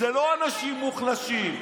אלה לא אנשים מוחלשים.